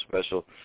special